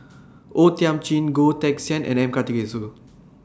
O Thiam Chin Goh Teck Sian and M Karthigesu